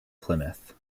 plymouth